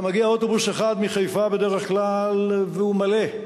היה מגיע אוטובוס אחד מחיפה בדרך כלל והוא מלא,